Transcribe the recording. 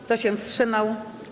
Kto się wstrzymał?